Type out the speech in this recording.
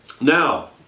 Now